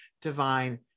divine